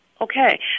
Okay